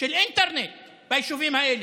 של אינטרנט ביישובים האלה,